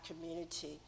community